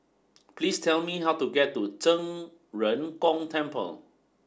please tell me how to get to Zhen Ren Gong Temple